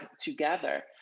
together